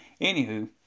Anywho